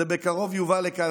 זה בקרוב יובא לכאן,